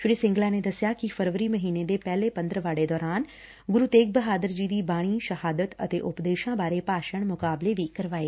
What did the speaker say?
ਸ੍ਰੀ ਸਿੰਗਲਾ ਨੇ ਦੱਸਿਆ ਕਿ ਫਰਵਰੀ ਮਹੀਨੇ ਦੇ ਪਹਿਲੇ ਪੰਦਰਵਾਤੈ ਦੌਰਾਨ ਗੁਰੁ ਤੇਗ ਬਹਾਦਰ ਜੀ ਦੀ ਬਾਣੀ ਸ਼ਹਾਦਤ ਅਤੇ ਉਪਦੇਸ਼ਾਂ ਬਾਰੇ ਭਾਸ਼ਣ ਮੁਕਾਬਲੇ ਕਰਵਾਏ